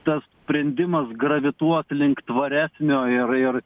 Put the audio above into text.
tas sprendimas gravituot link tvaresnio ir ir